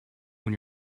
when